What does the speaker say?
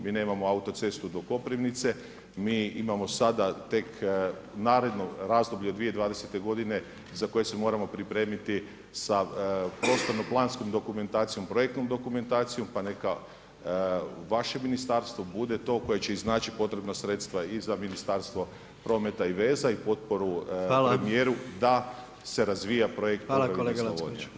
Mi nemamo autocestu do Koprivnice, mi imamo sada tek, naredno razdoblje od 2020. g. za koje se moramo pripremiti sa poslovno planskom dokumentacijom projektnom dokumentacijom, pa neka vaše ministarstvo bude to koje će i znači potrebna sredstva i za Ministarstvo prometa i veza i potporu premjeru da se razvija projekt … Hvala.